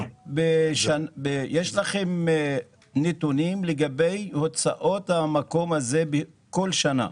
יש לכם נתונים לגבי הוצאות המקום הזה כל שנה?